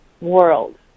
world